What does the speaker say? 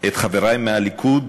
את חברי מהליכוד